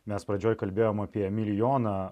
mes pradžioj kalbėjome apie milijoną